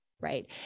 Right